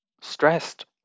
stressed